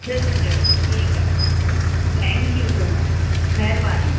ज़रूरु ज़रूरु ठीकु आहे थैंक यू सो मच महिरबानी